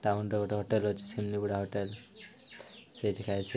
ଟାଉନ୍ର ଗୋଟେ ହୋଟେଲ ଅଛି ସେମିଳିଗୁଡ଼ା ହୋଟେଲ ସେଇଠି ଖାଏ